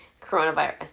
coronavirus